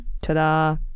Ta-da